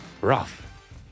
rough